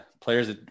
players